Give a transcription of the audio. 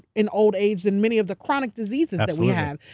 in old age than many of the chronic diseases that we have.